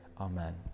Amen